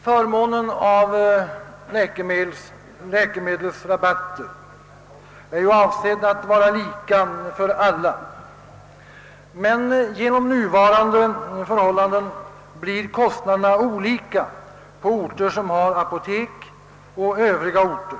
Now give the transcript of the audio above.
Förmånerna av läkemedelsrabatter är avsedda att vara lika för alla. Under nuvarande förhållanden blir emellertid kostnaderna olika stora på orter som har apotek och övriga orter.